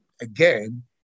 again